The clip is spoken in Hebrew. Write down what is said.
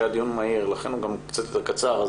שהיה דיון מהיר ולכן הוא קצת יותר קצר אז